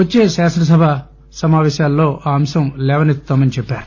వచ్చే శాసనసభ సమాపేశాల్లో ఈ అంశం లేవనెత్తుతామని చెప్పారు